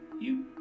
you